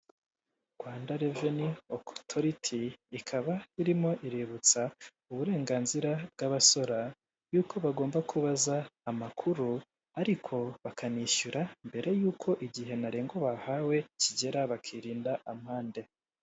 Rwanda reveni oriti ikaba irimo iributsa uburenganzira bw'abasora, yuko bagomba kubaza amakuru ariko bakanishyura mbere y'uko igihe ntarengwa bahawe, kigera bakirinda amande.